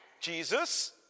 Jesus